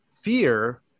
fear